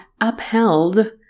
upheld